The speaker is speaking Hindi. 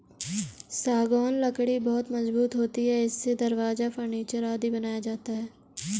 सागौन लकड़ी बहुत मजबूत होती है इससे दरवाजा, फर्नीचर आदि बनाया जाता है